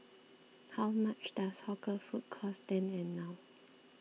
how much does hawker food cost then and now